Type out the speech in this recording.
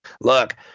Look